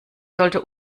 sollte